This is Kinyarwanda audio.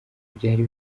byari